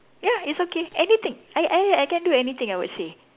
ya it's okay anything I I I can do anything I would say